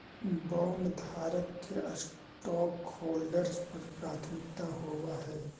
बॉन्डधारक के स्टॉकहोल्डर्स पर प्राथमिकता होवऽ हई